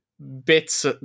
bits